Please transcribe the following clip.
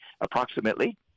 approximately